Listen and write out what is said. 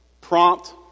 Prompt